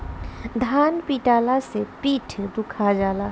धान पिटाला से पीठ दुखा जाला